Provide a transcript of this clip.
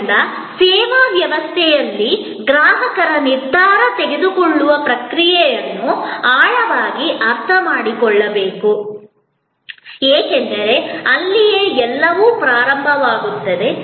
ಆದ್ದರಿಂದ ಸೇವಾ ವ್ಯವಸ್ಥೆಯಲ್ಲಿ ಗ್ರಾಹಕರ ನಿರ್ಧಾರ ತೆಗೆದುಕೊಳ್ಳುವ ಪ್ರಕ್ರಿಯೆಯನ್ನು ಆಳವಾಗಿ ಅರ್ಥಮಾಡಿಕೊಳ್ಳಬೇಕು ಏಕೆಂದರೆ ಅಲ್ಲಿಯೇ ಎಲ್ಲವೂ ಪ್ರಾರಂಭವಾಗುತ್ತದೆ